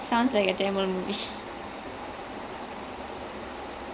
ya will smith is ya will smith is like a tamil பட:pada sia